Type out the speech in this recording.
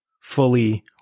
fully